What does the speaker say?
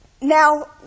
now